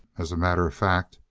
as a matter of fact,